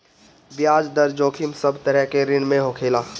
बियाज दर जोखिम सब तरह के ऋण में होखेला